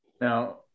now